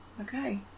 Okay